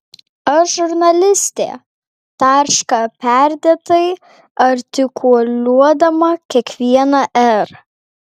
aš žurnalistė tarška perdėtai artikuliuodama kiekvieną r